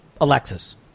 Alexis